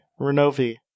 Renovi